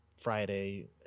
friday